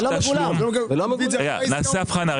נעשה הבחנה.